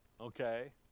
okay